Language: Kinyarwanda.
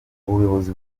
ubuyobozi